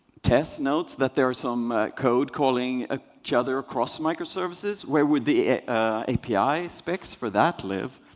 tess notes that there are some code calling ah each other across microservices. where would the api specs for that live?